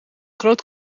groot